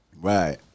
right